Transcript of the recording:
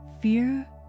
Fear